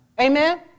Amen